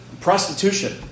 Prostitution